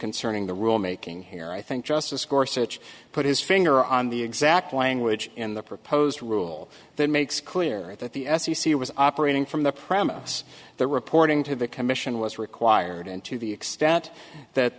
concerning the rule making here i think justice course it put his finger on the exact language in the proposed rule that makes clear that the f c c was operating from the premise the reporting to the commission was required and to the extent that